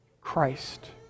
Christ